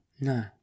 No